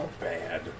Bad